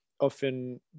often